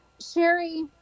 Sherry